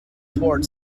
toward